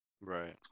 right